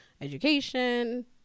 education